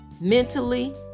mentally